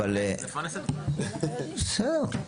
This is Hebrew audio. אבל, בסדר.